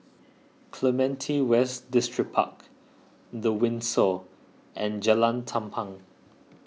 Clementi West Distripark the Windsor and Jalan Tampang